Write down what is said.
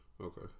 Okay